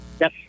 Yes